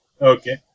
Okay